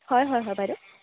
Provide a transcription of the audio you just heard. হয় হয় হয় বাইদেউ